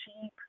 cheap